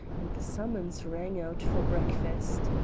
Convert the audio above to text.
and the summons rang out for breakfast.